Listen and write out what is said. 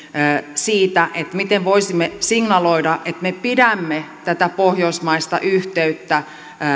siitä miten voisimme signaloida että me pidämme tätä pohjoismaista yhteyttä